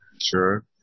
Sure